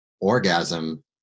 orgasm